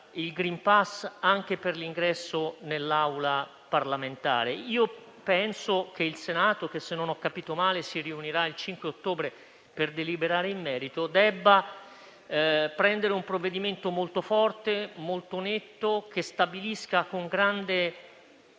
il *green pass* anche per l'ingresso nell'Aula parlamentare. Io penso che il Senato - che, se non ho capito male, si riunirà il 5 ottobre per deliberare in merito - debba prendere un provvedimento molto forte, molto netto, che stabilisca con grande